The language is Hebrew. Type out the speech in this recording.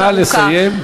נא לסיים.